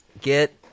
Get